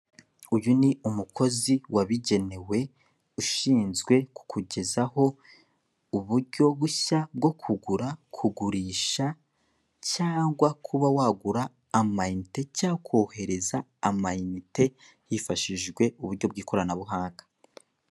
Uyu ni umukozi wabugenewe ushinzwe kukugezaho uburyo bushya bwo kugura, kugurisha cyangwa kuba wagura amainite cyangwa ukohereza amainite wifashishije uburyo bw'ikoranabuhanga.